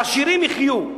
העשירים יחיו.